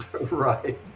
Right